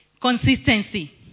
Consistency